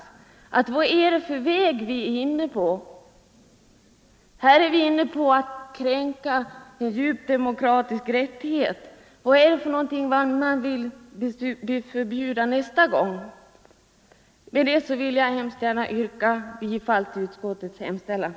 Vad är det för väg vi är inne på? Vi är här inne på att kränka en djupt rotad demokratisk rättighet. Vad är det för någonting man vill förbjuda nästa gång? Med detta, herr talman, vill jag yrka bifall till utskottets hemställan.